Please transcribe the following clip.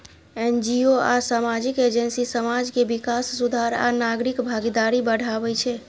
NGO आ सामाजिक agency समाज के विकास, सुधार आ नागरिक भागीदारी बढ़ाबै छै